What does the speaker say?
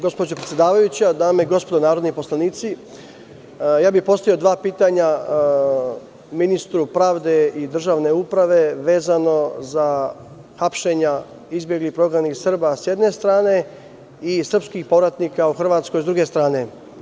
Gospođo predsedavajuća, dame i gospodo narodni poslanici, postavio bih dva pitanja ministru pravde i državne uprave, vezano za hapšenja izbeglih i prognanih Srba, sa jedne strane, i srpskih povratnika u Hrvatskoj, sa druge strane.